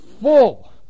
full